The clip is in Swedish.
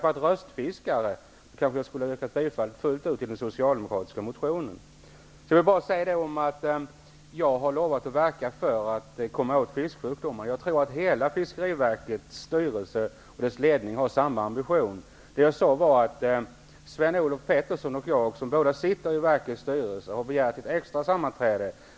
Om jag hade varit ute efter att fiska röster skulle jag kanske fullt ut ha yrkat bifall till den socialdemokratiska motionen. Jag har lovat att verka för att man skall komma åt orsakerna till fisksjukdomarna. Jag tror att hela Fiskeriverkets styrelse och ledning har samma ambition. Sven-Olof Petersson och jag -- båda sitter vi med i verkets styrelse -- har nämligen begärt ett extra sammanträde.